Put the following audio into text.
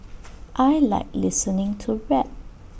I Like listening to rap